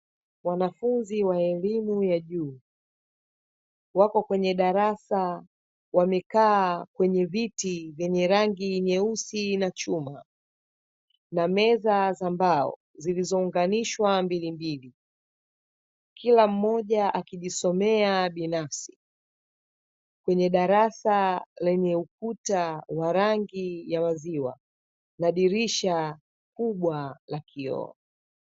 Wanafunzi wa elimu ya juu wako kwenye darasa wamekaa kwenye viti vyenye rangi nyeusi na chuma, na meza za mbao zilizounganishwa mbili mbili. Kila mmoja akijisomea binafsi kwenye darasa lenye ukuta wa rangi ya maziwa, na dirisha kubwa la kioo.